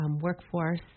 workforce